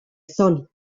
son